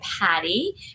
Patty